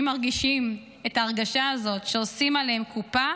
מרגישים את ההרגשה הזאת שעושים עליהם קופה